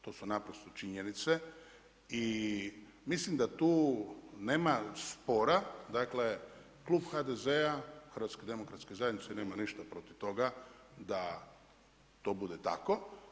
To su naprosto činjenice i mislim da tu nema spora dakle, klub HDZ-a nema ništa protiv toga da to bude tako.